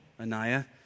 Anaya